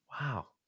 Wow